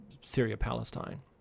syria-palestine